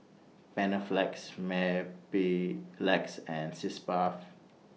Panaflex Mepilex and Sitz Bath